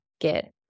get